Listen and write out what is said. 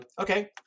Okay